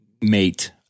mate